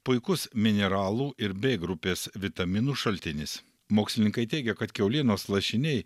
puikus mineralų ir b grupės vitaminų šaltinis mokslininkai teigia kad kiaulienos lašiniai